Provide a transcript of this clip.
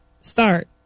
start